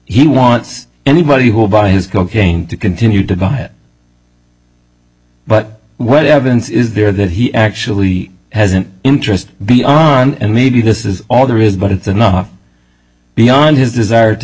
he wants anybody who bought his cocaine to continue to buy it but what evidence is there that he actually has an interest beyond and maybe this is all there is but it's enough beyond his desire to